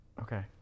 Okay